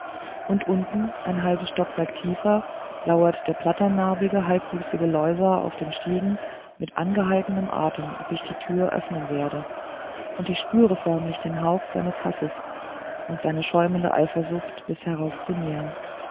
und unten ein halbes stockwerk tiefer lauert der blatternarbige halbwüchsige loisa auf den stiegen mit angehaltenem atem ob ich die tür öffnen werde und ich spüre förmlich den hauch seines hasses und seine schäumende eifersucht bis herauf zu mir